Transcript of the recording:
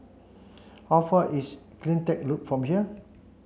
how far is CleanTech Loop from here